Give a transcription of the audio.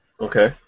Okay